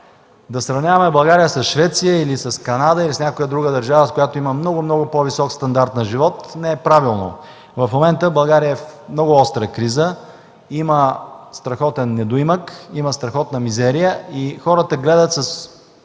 Да сравняваме България с Швеция, с Канада или с някоя друга държава, която има много, много по-висок стандарт на живот, не е правилно. В момента България е в много остра криза, има страхотен недоимък и мизерия. Хората гледат с